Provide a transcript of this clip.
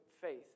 faith